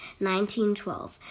1912